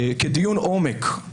כדיון עומק.